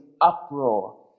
uproar